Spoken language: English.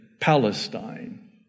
Palestine